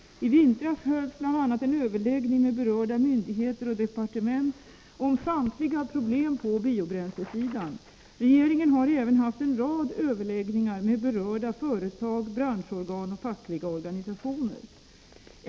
I vintras hölls bl.a. en överläggning med berörda myndigheter och departement om samtliga problem på biobränslesidan. Regeringen har även haft en rad överläggningar med berörda företag, branschorgan och fackliga organisationer.